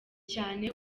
cyane